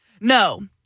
No